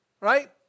Right